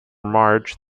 march